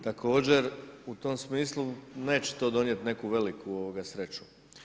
Također, u tom smislu neće to donijeti neku veliku sreću.